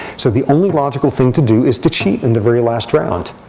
so the only logical thing to do is to cheat in the very last round.